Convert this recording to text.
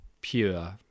pure